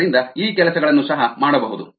ಆದ್ದರಿಂದ ಈ ಕೆಲಸಗಳನ್ನು ಸಹ ಮಾಡಬಹುದು